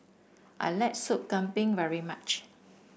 I like Sup Kambing very much